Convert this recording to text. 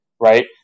Right